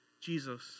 Jesus